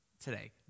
today